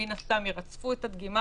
ראינו את זה בפיילוט, אנשים הבינו את הצורך.